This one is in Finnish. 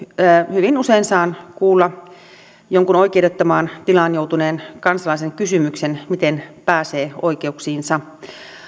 hyvin usein saan kuulla jonkun oikeudettomaan tilaan joutuneen kansalaisen kysymyksen miten pääsee oikeuksiinsa